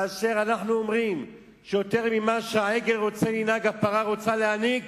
כאשר אנחנו אומרים שיותר ממה שהעגל רוצה לינוק הפרה רוצה להיניק,